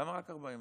למה רק 40%?